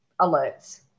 alerts